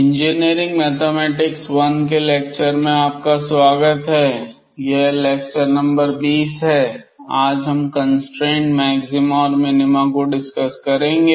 engineering mathematics one के lecture में आपका स्वागत है यह लेक्चर नंबर 20 है आज हम कंस्ट्रेंड मैक्सिमा और मिनीमा को डिसकस करेंगे